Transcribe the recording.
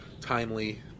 timely